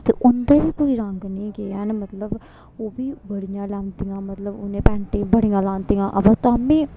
ते उं'दा बी कोई रंग नी गेआ ऐ न मतलब ओह् बी बड़ियां लांदियां मतलब उ'नें पैंटे बड़ियां लांदियां अबा ताम्मीं